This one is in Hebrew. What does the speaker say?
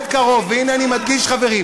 ההצבעה נדחית למועד קרוב, והנה, אני מדגיש, חברים: